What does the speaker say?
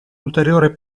ulteriore